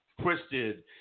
Twisted